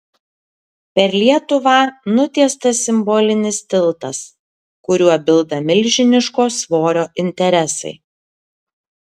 per lietuvą nutiestas simbolinis tiltas kuriuo bilda milžiniško svorio interesai